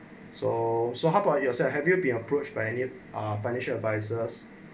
so so how about you yourself have you been approached pioneer ah financial advisers